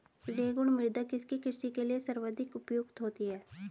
रेगुड़ मृदा किसकी कृषि के लिए सर्वाधिक उपयुक्त होती है?